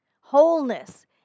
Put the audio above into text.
wholeness